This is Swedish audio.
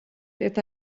det